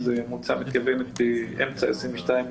המועצה מתכוונת במחצית 2022,